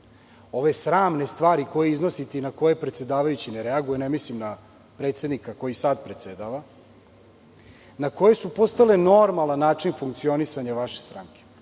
ove sramne stvari koje iznosite i na koje predsedavajući ne reaguje, ne mislim na predsednika koji sada predsedava, na koje su postale normalan način funkcionisanja vaše stranke,